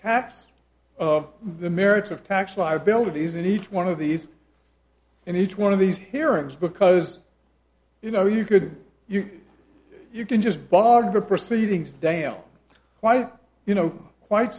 tax of the merits of tax liabilities in each one of these and each one of these hearings because you know you could you you can just bogged the proceedings dale why you know quite